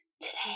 Today